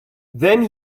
then